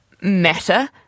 matter